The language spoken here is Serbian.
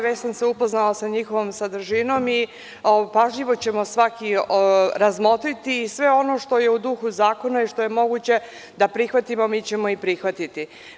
Već sam se upoznala sa njihovom sadržinom i pažljivo ćemo svaki razmotriti i sve ono što je u duhu zakona i što je moguće da prihvatimo mi ćemo prihvatiti.